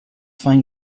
find